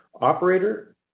Operator